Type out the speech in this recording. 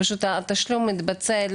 פשוט התשלום מתבצע,